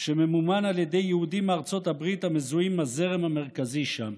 שממומן על ידי יהודים מארצות הברית המזוהים עם הזרם המרכזי שם.